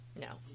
No